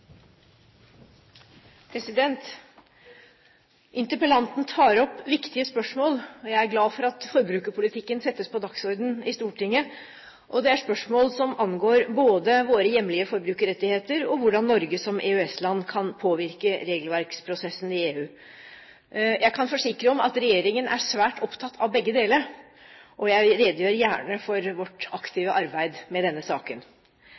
rettigheter. Interpellanten tar opp viktige spørsmål, og jeg er glad for at forbrukerpolitikken settes på dagsordenen i Stortinget. Dette er spørsmål som angår både våre hjemlige forbrukerrettigheter og hvordan Norge som EØS-land kan påvirke regelverksprosessen i EU. Jeg kan forsikre om at regjeringen er svært opptatt av begge deler, og jeg redegjør gjerne for vårt aktive arbeid med denne saken.